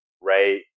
right